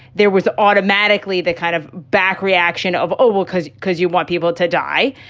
there was automatically the kind of back reaction of, oh, well, because because you want people to die.